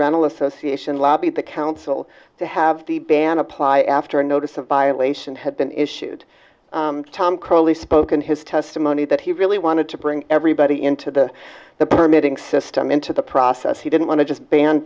rental association lobby the council to have the ban apply after a notice of violation had been issued tom curley spoke in his testimony that he really wanted to bring everybody into the the permitting system into the process he didn't want to just ban